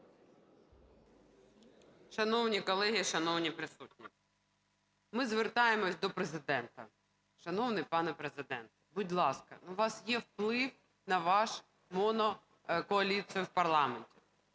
Шановні колеги! Шановні присутні! Ми звертаємося до Президента. Шановний пане Президент! Будь ласка, у вас є вплив на вашу монокоаліцію в парламенті.